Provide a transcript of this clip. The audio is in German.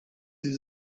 sie